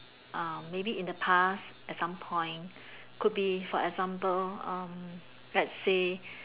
ah maybe in the past at some point could be for example um let's say